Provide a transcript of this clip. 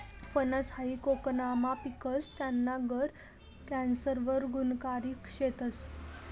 फनस हायी कोकनमा पिकस, त्याना गर कॅन्सर वर गुनकारी शेतस